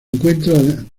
encuentran